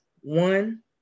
One